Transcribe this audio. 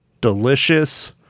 delicious